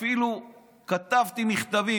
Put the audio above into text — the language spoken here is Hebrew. אפילו כתבתי מכתבים,